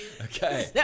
Okay